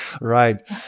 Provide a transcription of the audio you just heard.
Right